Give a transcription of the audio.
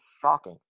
shocking